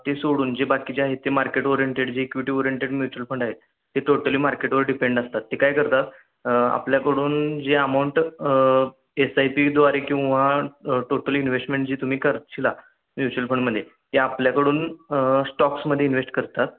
ते सोडून जे बाकीचे आहेत ते मार्केट ओरिंटेड जे इक्युटिव्ह ओरिंटेड म्युच्युअल फंड आहेत ते टोटली मार्केटवर डिपेंड असतात ते काय करतात आपल्याकडून जे अमाऊंट एस आय पीद्वारे किंवा टोटली इन्व्हेस्टमेंट जे तुम्ही कराल म्युचल फंडमध्ये ते आपल्याकडून स्टॉक्समध्ये इन्व्हेस्ट करतात